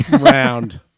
round